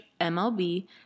MLB